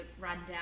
rundown